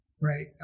right